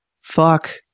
Fuck